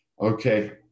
Okay